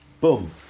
boom